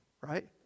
right